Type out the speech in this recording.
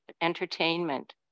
entertainment